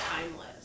timeless